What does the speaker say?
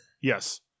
Yes